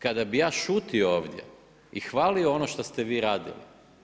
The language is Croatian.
Kada bi ja šutio ovdje i hvalio ono što ste vi radili.